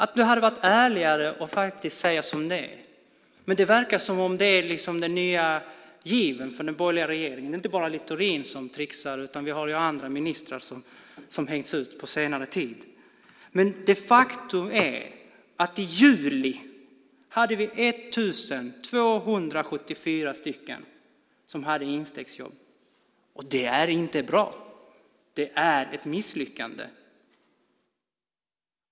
Det verkar som om det är den nya given från den borgerliga regeringen. Det är inte bara Littorin som tricksar. Vi har andra ministrar som har hängts ut på senare tid. I juli hade vi de facto 1 274 stycken som hade instegsjobb, och det är inte bra. Det är ett misslyckande.